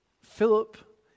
Philip